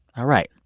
all right,